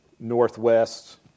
Northwest